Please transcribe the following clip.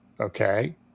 okay